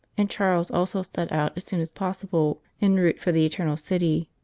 and charles also set out as soon as possible en route for the eternal city.